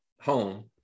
home